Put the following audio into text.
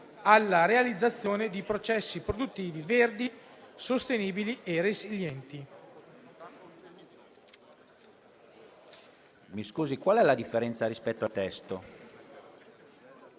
alla realizzazione di processi produttivi verdi, sostenibili e resilienti.